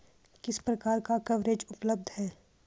किस प्रकार का कवरेज उपलब्ध है?